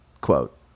quote